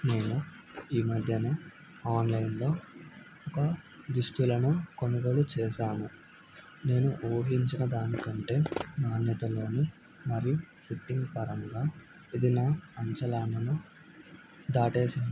నేను ఈ మధ్యన ఆన్లైన్లో ఒక దుస్తులను కొనుగోలు చేశాను నేను ఊహించిన దానికంటే నాణ్యతంలోని మరియు ఫిట్టింగ్ పరంగా ఇది నా అంచనాలను దాటేసింది